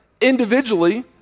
individually